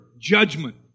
Judgment